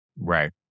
Right